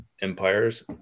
empires